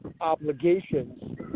obligations